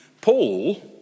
Paul